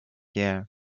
year